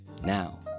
Now